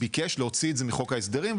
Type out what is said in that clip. ביקש להוציא את זה מחוק ההסדרים,